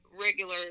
regular